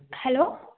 hello